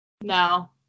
No